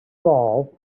doll